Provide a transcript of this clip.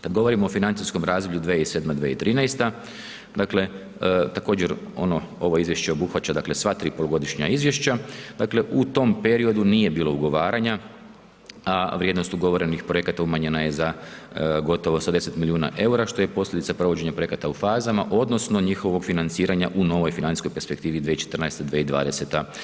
Kad govorimo o financijskom razdoblju 2007.-2013., dakle također ono, ovo izvješće obuhvaća, dakle sva tri polugodišnja izvješća, dakle u tom periodu nije bilo ugovaranja, a vrijednost ugovorenih projekata umanjena je za gotovo 70 milijuna eura, što je posljedica provođenje projekata u fazama, odnosno njihovog financiranja u novoj financijsko perspektivi 2014.-2020.